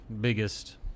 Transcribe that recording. biggest